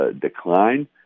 decline